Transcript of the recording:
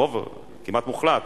ברוב כמעט מוחלט,